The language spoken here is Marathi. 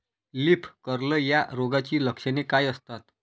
लीफ कर्ल या रोगाची लक्षणे काय असतात?